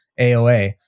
AOA